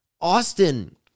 Austin